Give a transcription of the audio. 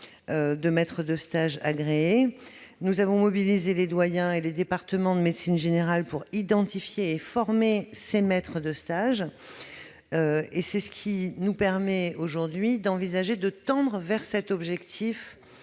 de maîtres de stage agréés. Nous avons mobilisé les doyens et les départements de médecine générale pour identifier et former les maîtres de stage potentiels. C'est ce qui nous permet d'envisager aujourd'hui de tendre vers l'objectif